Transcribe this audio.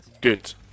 good